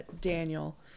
Daniel